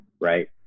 right